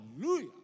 hallelujah